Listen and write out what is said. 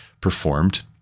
performed